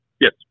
Yes